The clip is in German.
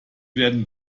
werden